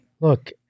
Look